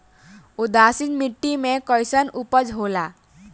उदासीन मिट्टी में कईसन उपज होला?